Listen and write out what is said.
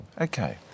okay